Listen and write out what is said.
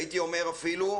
הייתי אומר אפילו,